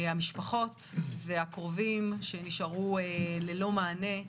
המשפחות והקרובים שנשארו ללא מענה,